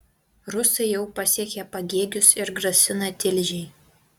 rusai jau pasiekė pagėgius ir grasina tilžei